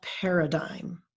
paradigm